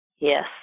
Yes